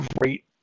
great